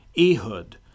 Ehud